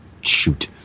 shoot